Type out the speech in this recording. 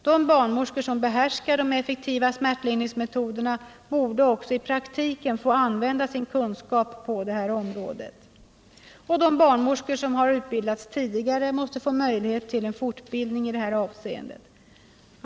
De barnmorskor som behärskar de effektiva smärtlindringsmetoderna borde också i praktiken få använda sin kunskap på detta område. De barnmorskor som utbildats tidigare måste få möjlighet till en fortbildning i detta avseende.